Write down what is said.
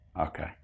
Okay